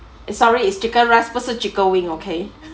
eh sorry is chicken rice 不是 chicken wing okay